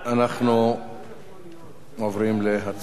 אנחנו עוברים להצבעה.